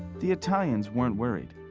the italians weren't worried.